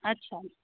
अच्छा